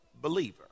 believer